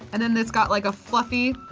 and and this got like a fluffy,